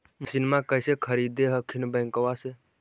मसिनमा कैसे खरीदे हखिन बैंकबा से?